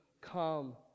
come